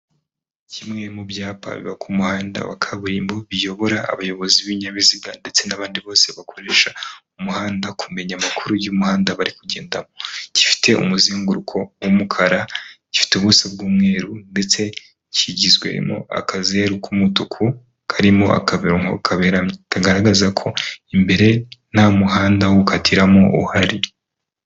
Kimwe mu byapa biba ku muhanda wa kaburimbo biyobora abayobozi b'ibinyabiziga ndetse n'abandi bose bakoresha umuhanda kumenya amakuru y'umuhanda barikugendamo. Gifite umuzennguruko w'umukara, gifite ubuso bw'umweru, ndetse kigizwemo akazeru k'umutuku karimo akarongo kaberamye kagaragaza ko imbere nta muhanda wo gukatiramo uhari.